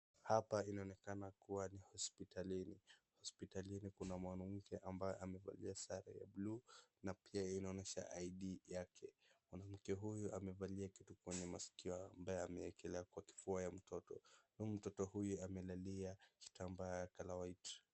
Hapa inaonekana kuwa ni hospitalini. Hospitalini kuna mwanamke ambaye amevalia sare ya blue na pia inaonyesha Id yake. Mke huyu amevalia kitu kwenye masikio ambaye amekelea kwenye kifua ya mtoto. Mtoto huyo amevali kitambaa ya colour white .